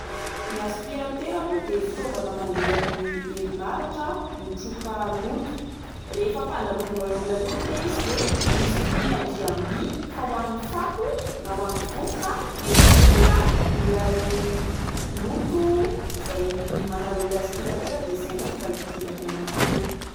Ny aspiratera moa de fitaovana mandeha amin'ny herin'aratra mitroka loto. Rehefa ampandalovinao eo amin'ilay loto ilay izy de misy toy ny andriam-by fa hoan'ny fako na hoan'ny vovoka misintona ilay loto izay mandalo eo amin'ilay aspiratera de izay ny fomba idirany any anatiny any.